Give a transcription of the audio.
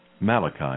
Malachi